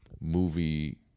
Movie